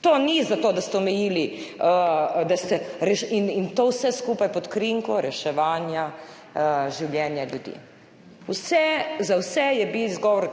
To ni zato, da ste omejili, da ste reš… In to vse skupaj pod krinko reševanja življenja ljudi. Za vse je bilo izgovor